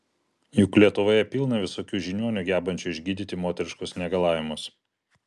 juk lietuvoje pilna visokių žiniuonių gebančių išgydyti moteriškus negalavimus